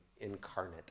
incarnate